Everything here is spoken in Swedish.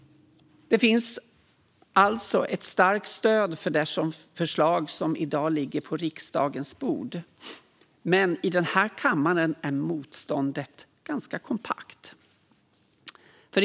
Det finns alltså ett starkt stöd för det förslag som i dag ligger på riksdagens bord, men i den här kammaren är motståndet ganska kompakt.